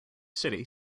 city